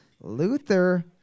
Luther